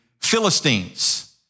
Philistines